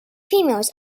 females